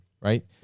Right